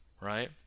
right